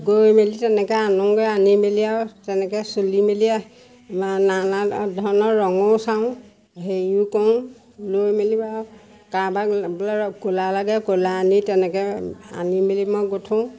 গৈ মেলি তেনেকে আনোগে তেনেকে আনি মেলি আৰু তেনেকে চলি মেলি নানা ধৰণৰ ৰঙো চাওঁ হেৰিও কৰোঁ লৈ মেলি বাৰু কাৰবাক বোলে ক'লা লাগে ক'লা আনি তেনেকে আনি মেলি মই গোঁঠো